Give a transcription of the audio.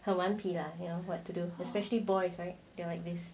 很顽皮 lah here what to do especially boys right they are like this